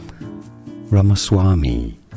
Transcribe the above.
Ramaswamy